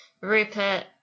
Rupert